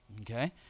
okay